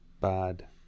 Bad